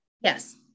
Yes